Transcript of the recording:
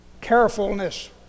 Carefulness